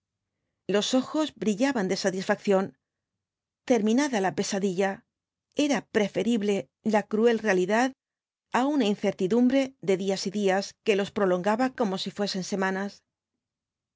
los ojos brillaban de satisfacción terminada la pesadilla era preferible la cruel realidad á una incertidumbre de días y días que los prolongaba como si fuesen semanas